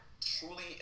truly